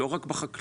לא רק בחקלאות,